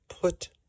put